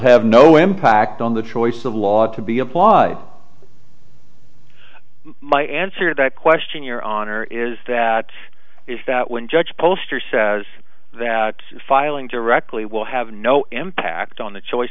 have no impact on the choice of law to be applied my answer to that question your honor is that is that when judge poster says that filing directly will have no impact on the choice